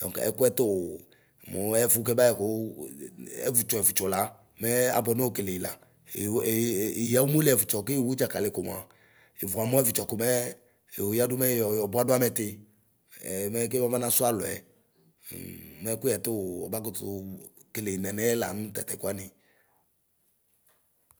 Dɔŋk ɛkʋɛ tuu muɛfu kɛbayɛku: ɛvʋtsɔ ɛvʋtsɔ la mɛɛ abuɛ nokekele yila Eli iyɔ omoli ɛvɔtsɔ kiωu dɩakali komua, ivuamɔ ɛvutsɔ komɛɛ Ɛyoyɔdu mɛyɔyɔbuadu amɛti ɛɛ mɛ kimana sualɔelɛ. mɛkuyɛ tuʋɔba kutu kele nɛnɛɛ la tatɛkuani.